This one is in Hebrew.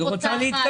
היא פותחת.